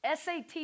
SAT